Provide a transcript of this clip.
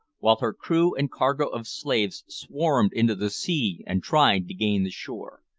while her crew and cargo of slaves swarmed into the sea and tried gain the shore.